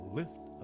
lift